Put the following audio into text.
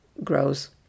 Grows